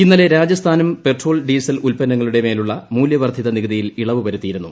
ഇന്നലെ രാജസ്ഥാനും petrol diesel ഉല്പന്നങ്ങളുടെ മേലുള്ള മൂല്യവർദ്ധിത നികുതിയിൽ ഇളവ് വരുത്തിയിരുന്നു